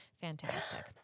Fantastic